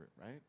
right